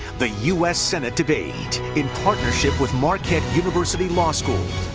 the u s. senate debate. in partnership with marquette university law school.